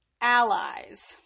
allies